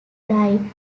died